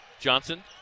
Johnson